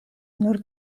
nur